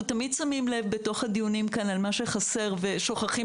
תמיד שמים לב בתוך הדיונים כאן על מה שחסר ושוכחים